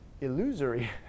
illusory